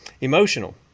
Emotional